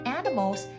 animals